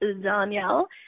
Danielle